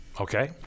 Okay